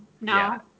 no